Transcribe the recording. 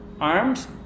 arms